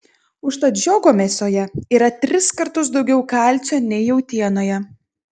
užtat žiogo mėsoje yra tris kartus daugiau kalcio nei jautienoje